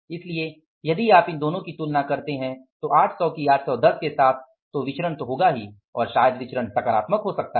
इसलिए यदि आप इन दोनो की तुलना करते है 800 की 810 के साथ तो विचरण होगा ही और शायद विचरण सकारात्मक हो सकता है